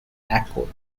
waco